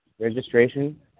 registration